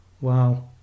Wow